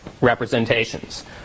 representations